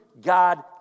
God